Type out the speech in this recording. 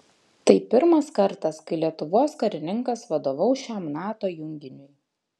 tai pirmas kartas kai lietuvos karininkas vadovaus šiam nato junginiui